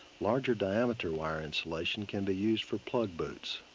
larger diameter wire insulation can be used for plug boots.